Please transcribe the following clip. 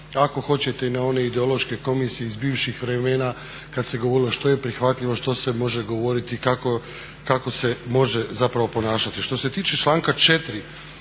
ako hoćete i na one ideološke komisije iz bivših vremena kad se govorilo što je prihvatljivo, što se može govoriti i kako se može zapravo ponašati. Što se tiče članka 4.